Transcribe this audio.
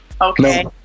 Okay